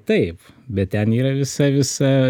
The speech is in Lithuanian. taip bet ten yra visa visa